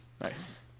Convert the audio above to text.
Nice